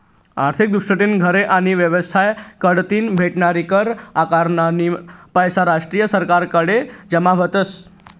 आर्थिक दृष्टीतीन घरे आणि येवसाय कढतीन भेटनारी कर आकारनीना पैसा राष्ट्रना सरकारकडे जमा व्हतस